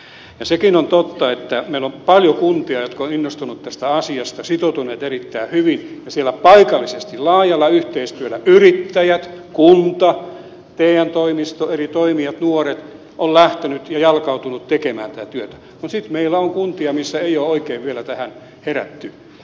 ja sekin on totta että meillä on paljon kuntia jotka ovat innostuneet tästä asiasta sitoutuneet erittäin hyvin ja siellä paikallisesti laajalla yhteistyöllä yrittäjät kunta te toimisto eri toimijat nuoret ovat lähteneet ja jalkautuneet tekemään tätä työtä mutta sitten meillä on kuntia missä ei ole oikein vielä tähän herätty